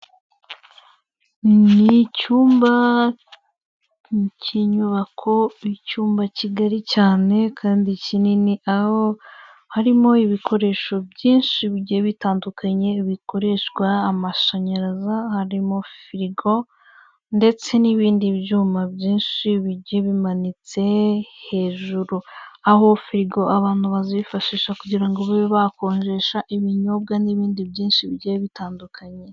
Ni icyumba cy'inyubako, icyumba kigari cyane kandi kinini aho harimo ibikoresho byinshi bigiye bitandukanye bikoreshwa amashanyarazi harimo firigo ndetse n'ibindi byuma byinshi bijye bimanitse hejuru, aho firigo abantu bazifashisha kugirango babe bakonjesha ibinyobwa n'ibindi byinshi bigiye bitandukanye.